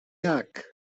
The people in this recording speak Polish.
jak